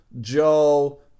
Joe